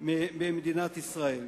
ממדינת ישראל.